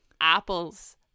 apples